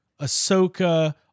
*Ahsoka*